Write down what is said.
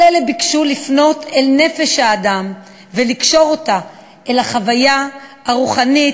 כל אלה ביקשו לפנות אל נפש האדם ולקשור אותה אל החוויה הרוחנית,